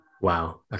Wow